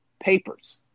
papers